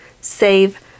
save